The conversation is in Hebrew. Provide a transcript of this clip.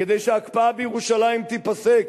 כדי שההקפאה בירושלים תיפסק,